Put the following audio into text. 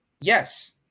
Yes